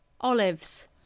olives